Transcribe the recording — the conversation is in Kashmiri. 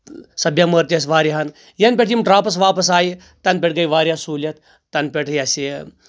سۄ بیمٲر تہِ ٲسۍ واریاہَن یَنہٕ پٮ۪ٹھ یِم ڈراپٕس واپٕس آیہِ تَنہٕ پٮ۪ٹھ گٔے واریاہ سہوٗلیت تَنہٕ پٮ۪ٹھ یہِ ہسا یہِ